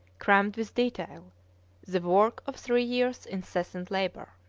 crammed with detail the work of three years' incessant labour.